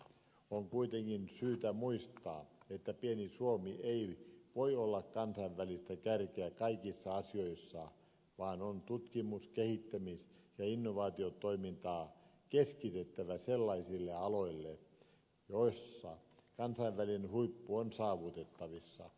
on kuitenkin syytä muistaa että pieni suomi ei voi olla kansainvälistä kärkeä kaikissa asioissa vaan tutkimus kehittämis ja innovaatiotoimintaa on keskitettävä sellaisille aloille joilla kansainvälinen huippu on saavutettavissa